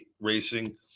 racing